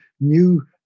new